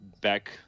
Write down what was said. back